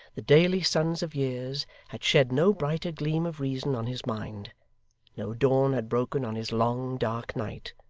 the daily suns of years had shed no brighter gleam of reason on his mind no dawn had broken on his long, dark night.